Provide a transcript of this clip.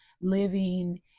living